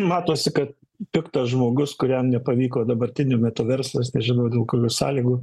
matosi kad piktas žmogus kuriam nepavyko dabartiniu metu verslas nežino dėl kokių sąlygų